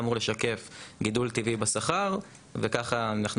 זה אמור לשקף גידול טבעי בשכר וכך אנחנו